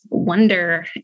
Wonder